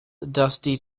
dusty